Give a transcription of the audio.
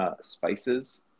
Spices